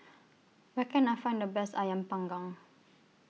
Where Can I Find The Best Ayam Panggang